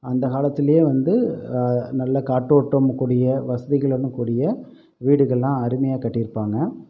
அந்த காலத்துலே வந்து நல்ல காற்றோட்டமும் கூடிய வசதிகளுடனும் கூடிய வீடுகளெலாம் அருமையாக கட்டியிருப்பாங்க